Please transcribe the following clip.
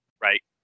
Right